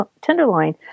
tenderloin